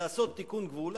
לעשות תיקון גבול,